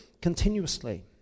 continuously